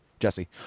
Jesse